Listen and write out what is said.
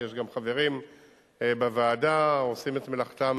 ויש גם חברים בוועדה, עושים את מלאכתם